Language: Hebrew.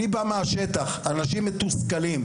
אני בא מהשטח, אנשים מתוסכלים.